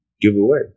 giveaway